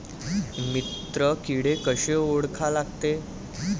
मित्र किडे कशे ओळखा लागते?